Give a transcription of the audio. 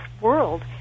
world